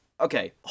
Okay